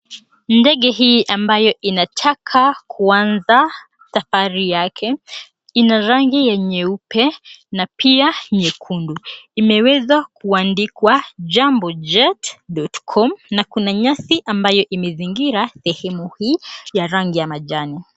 Ndege hii ambayo inataka kuanza safari yake, ina rangi ya nyeupe na pia nyekundu. Imeweza kuandikwa Jambo Jet.Com na kuna nyasi ambayo imezingira sehemu hii ya rangi ya majani.